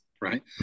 right